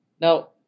Now